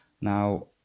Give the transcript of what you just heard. Now